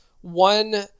one